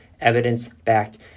evidence-backed